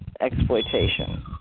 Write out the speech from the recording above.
exploitation